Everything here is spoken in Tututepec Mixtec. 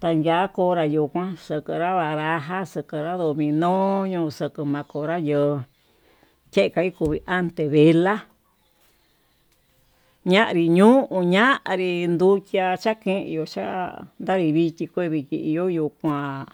tayan konra kuu kaxa'a kanra baraja xukorna dominó ñoko xa'a kuu makonra ño'o ñaxukaí anrivinra ñanri ñuu ñanrí nduchia chaken yuu chiá ndaivichi kueivichi yo'o yuu kuan.